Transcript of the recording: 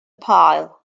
pile